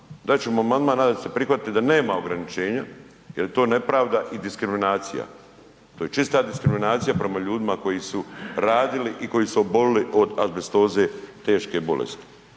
Dat ćemo amandman da se prihvati da nema ograničenja jer je to nepravda i diskriminacija, to je čista diskriminacija prema ljudima koji su radili i koji su obolili od azbestoze, teške bolesti.